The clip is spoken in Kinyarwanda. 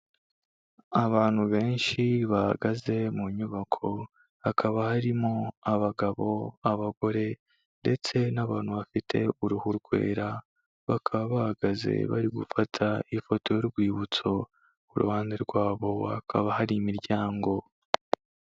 Abantu benshi bahagaze mu nyubako hakaba harimo abagabo, abagore ndetse n'abantu bafite uruhu rwera, bakaba bahagaze bari gufata ifoto y'urwibutso, ku ruhande rwa bo hakaba hari imiryango.